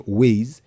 ways